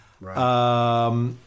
Right